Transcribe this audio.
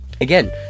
Again